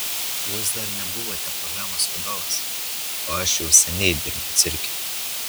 jūs dar nebuvote programos vadovas o aš jau seniai dirbau cirke